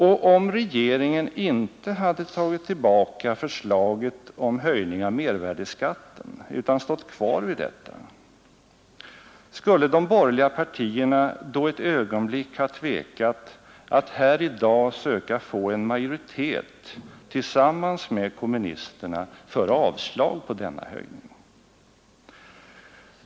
Och om regeringen inte tagit tillbaka förslaget om höjning av mervärdeskatten utan stått kvar vid detta, skulle de borgerliga partierna då ett ögonblick ha tvekat att här i dag söka få en majoritet tillsammans med kommunisterna för avslag på denna höjning?